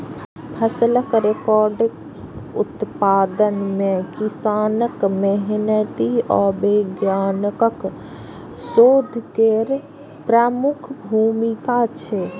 फसलक रिकॉर्ड उत्पादन मे किसानक मेहनति आ वैज्ञानिकक शोध केर प्रमुख भूमिका छै